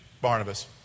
Barnabas